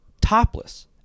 Topless